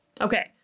Okay